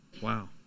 Wow